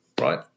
right